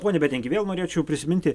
pone betingi vėl norėčiau prisiminti